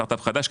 חדש,